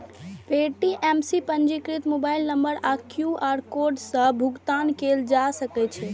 Paytm सं पंजीकृत mobile number आ क्यू.आर कोड सं भुगतान कैल जा सकै छै